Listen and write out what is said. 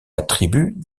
attribue